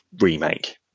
remake